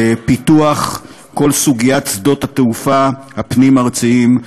פיתוח כל סוגיית שדות התעופה הפנים-ארציים,